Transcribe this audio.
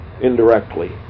indirectly